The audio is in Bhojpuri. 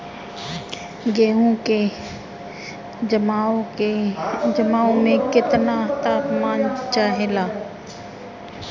गेहू की जमाव में केतना तापमान चाहेला?